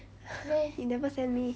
you never send me